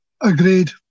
Agreed